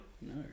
No